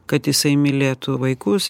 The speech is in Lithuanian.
kad jisai mylėtų vaikus